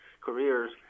careers